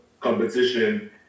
competition